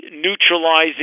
neutralizing